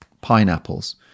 pineapples